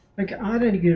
like and to